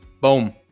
Boom